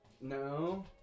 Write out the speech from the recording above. No